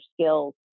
skills